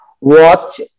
watch